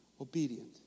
obedient